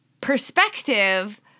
perspective